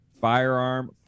firearm